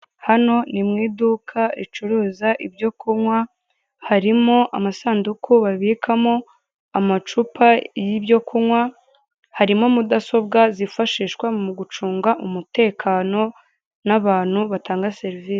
Hano ni mu iduka ricuruza ibyo kunywa, harimo amasanduku babikamo amacupa y'ibyo kunywa, harimo mudasobwa zifashishwa mu gucunga umutekano n'abantu batanga serivisi.